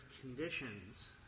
conditions